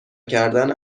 کردن